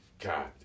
God